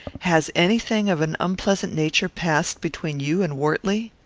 has any thing of an unpleasant nature passed between you and wortley?